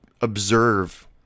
observe